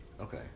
Okay